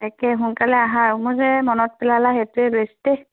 একে সোনকালে আহা মোৰ যে মনত পেলালে সেইটোৱে বেচ্ট দেই